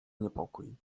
niepokój